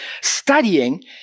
studying